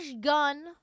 gun